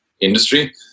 industry